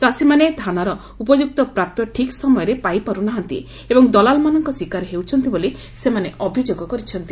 ଚାଷୀମାନେ ଧାନର ଉପଯୁକ୍ତ ପ୍ରାପ୍ୟ ଠିକ୍ ସମୟରେ ପାଇପାର୍ବନାହାନ୍ତି ଏବଂ ଦଲାଲମାନଙ୍କ ଶିକାର ହେଉଛନ୍ତି ବୋଲି ସେମାନେ ଅଭିଯୋଗ କରିଛନ୍ତି